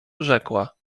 rzekła